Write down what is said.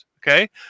okay